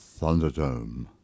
Thunderdome